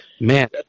Man